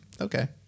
Okay